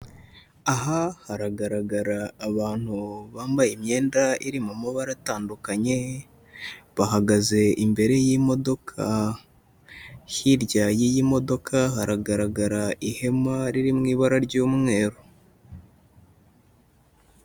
Aha haragaragara abantu bambaye imyenda iri mu mabara atandukanye, bahagaze imbere y'imodoka, hirya y'iyi modoka haragaragara ihema riri mu ibara ry'umweru.